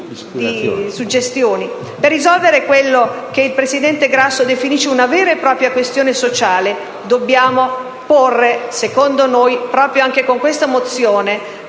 Per risolvere quella che il presidente Grasso definisce una vera è propria questione sociale dobbiamo porre, anche attraverso questa mozione